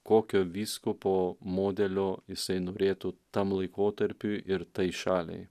kokio vyskupo modelio jisai norėtų tam laikotarpiui ir tai šaliai